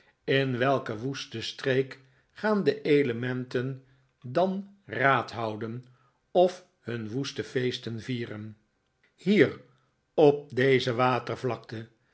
in welke woeste streek gaan de elementen dan raad houden of hun woeste feesten vieren aan boord van d e schroef hier op deze